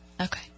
Okay